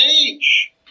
age